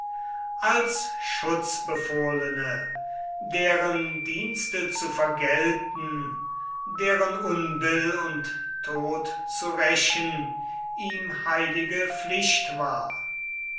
als schutzbefohlene deren dienste zu vergelten deren unbill und tod zu rächen ihm heilige pflicht war